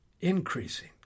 increasing